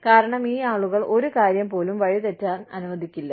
കാരണം ഈ ആളുകൾ ഒരു കാര്യം പോലും വഴിതെറ്റാൻ അനുവദിക്കില്ല